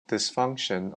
dysfunction